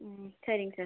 ம் சரிங்க சார்